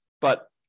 but-